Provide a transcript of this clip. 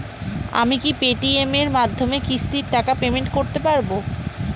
আমি কি Paytm এর মাধ্যমে কিস্তির টাকা পেমেন্ট করতে পারব?